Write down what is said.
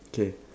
K